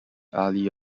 ali